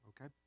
Okay